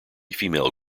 female